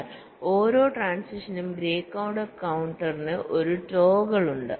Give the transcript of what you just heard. എന്നാൽ ഓരോ ട്രാന്സിഷനും ഗ്രേ കോഡ് കൌണ്ടറിന് ഒരു ടോഗിൾ ഉണ്ട്